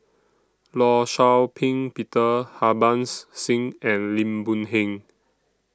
law Shau Ping Peter Harbans Singh and Lim Boon Heng